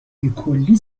بکلی